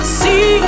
see